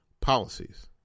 Policies